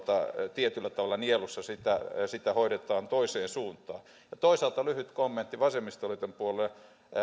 tietyllä tavalla nielussa sitä hoidetaan toiseen suuntaan toisaalta lyhyt kommentti vasemmistoliiton puolelle